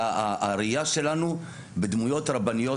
הראיה שלנו בדמויות רבניות,